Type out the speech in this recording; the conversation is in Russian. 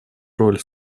роль